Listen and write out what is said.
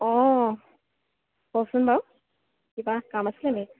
অঁ কওকচোন বাৰু কিবা কাম আছিলে নি